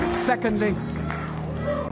Secondly